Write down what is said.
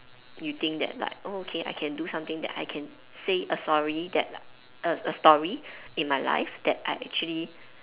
you think that like oh okay I can do something that I can say a sorry that a a story in my life that I actually